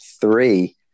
three